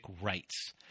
rights